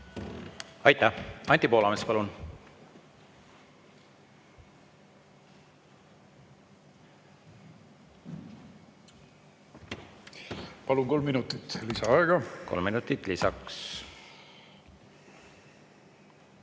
Aitäh! Anti Poolamets, palun! Palun kolm minutit lisaaega. Kolm minutit lisaks.